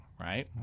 right